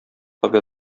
йоклап